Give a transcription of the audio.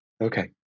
Okay